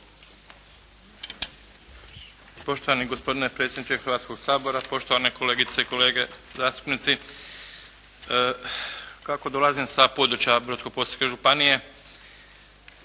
Poštovani gospodine predsjedniče Hrvatskog sabora, poštovane kolegice i kolege zastupnici. Kako dolazim sa područja Brodsko-posavske županije